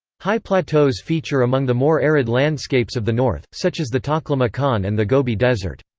high plateaus feature among the more arid landscapes of the north, such as the taklamakan and the gobi desert.